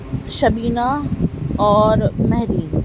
شبینہ اور مہرین